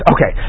Okay